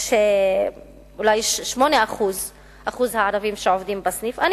יש אולי 8% ערבים עובדים בסניף, אני